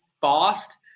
fast